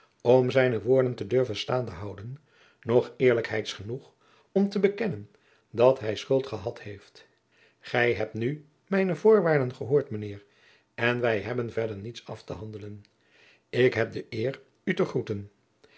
om zijne woorden te durven staande houden noch eerlijkheids genoeg om te bekennen dat hij schuld gehad heeft gij hebt nu mijne voorwaarden gehoord mijnheer en wij hebben verder niets af te handelen ik heb de eer u te groeten